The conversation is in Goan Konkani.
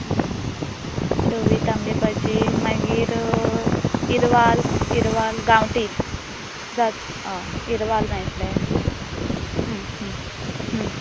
धवी तांबडी भाजी मागीर इरवाल इरवाल गांवठी जात इरवाल मेळटलें